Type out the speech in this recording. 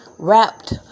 Wrapped